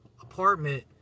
apartment